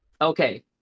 Okay